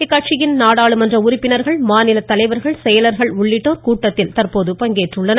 இக்கட்சியின் நாடாளுமன்ற உறுப்பினர்கள் மாநிலத்தலைவர்கள் செயலர்கள் உள்ளிட்டோர் இக்கூட்டத்தில் பங்கேற்றுள்ளனர்